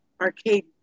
Arcade